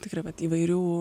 tikrai vat įvairių